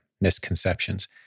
misconceptions